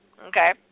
Okay